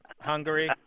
Hungary